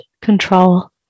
control